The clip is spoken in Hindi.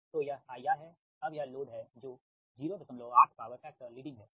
तो यह IR है अब यह लोड है जो 08 पॉवर फैक्टर लीडिंग है ठीक